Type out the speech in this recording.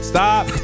Stop